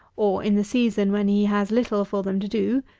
or in the season when he has little for them to do,